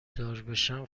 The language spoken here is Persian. داربشم